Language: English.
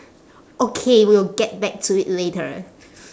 okay we'll get back to it later